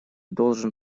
должен